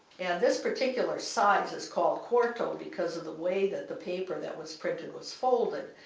this particular size is called quarto because of the way that the paper that was printed was folded.